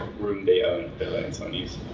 room they own, they're letting someone use